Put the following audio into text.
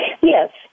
Yes